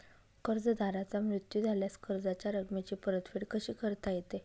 कर्जदाराचा मृत्यू झाल्यास कर्जाच्या रकमेची परतफेड कशी करता येते?